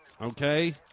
Okay